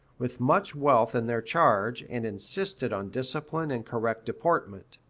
with much wealth in their charge, and insisted on discipline and correct deportment.